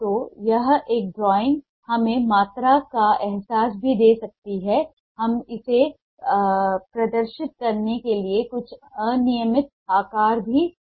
तो यह एक ड्राइंग हमें मात्रा का एहसास भी दे सकती है हम इसे प्रदर्शित करने के लिए कुछ अनियमित आकार भी ले सकते हैं